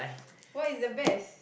what is the best